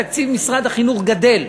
תקציב משרד החינוך גדל,